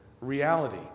reality